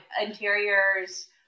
interiors